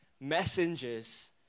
messengers